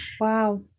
Wow